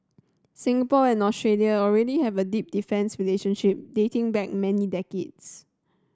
Singapore and Australia already have a deep defence relationship dating back many decades